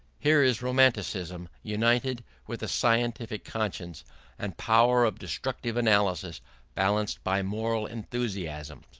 here is romanticism united with a scientific conscience and power of destructive analysis balanced by moral enthusiasm.